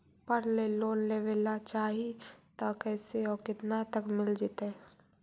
पढ़े ल लोन लेबे ल चाह ही त कैसे औ केतना तक मिल जितै?